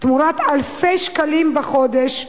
תמורת אלפי שקלים בחודש,